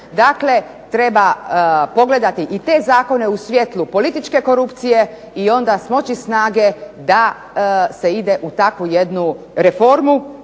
Dakle, treba pogledati i te zakone u svjetlu političke korupcije i onda smoći snage da se ide u takvu jednu reformu